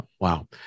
Wow